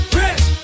rich